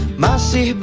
masak